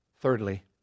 Thirdly